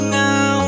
now